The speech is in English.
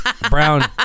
Brown